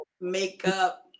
makeup